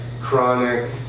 chronic